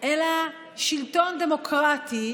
אלא שלטון דמוקרטי,